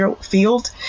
field